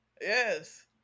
yes